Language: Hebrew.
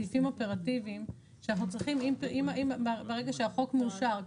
סעיפים אופרטיביים ברגע שהחוק מאושר,